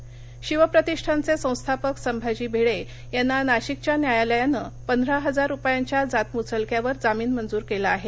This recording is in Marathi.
भिडे नाशिक शिवप्रतिष्ठानचे संस्थापक संभाजी भिडे यांना नाशिकच्या न्यायालयानं पंधरा हजार रुपयांच्या जात मुचलक्यावर जामीन मंजूर केला आहे